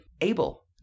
able